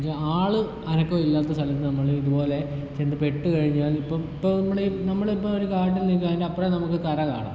എന്താണെന്ന് വെച്ചാൽ ആളും അനക്കോം ഇല്ലാത്ത സ്ഥലത്ത് നമ്മൾ ഇതുപോലെ ചെന്ന് പെട്ട് കഴിഞ്ഞാൽ ഇപ്പം ഇപ്പം നമ്മൾ നമ്മളിപ്പം ഒരു കാട്ടിൽ നിൽക്കുവാ അതിൻ്റെപ്പുറം നമുക്ക് കര കാണാം